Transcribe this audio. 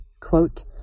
quote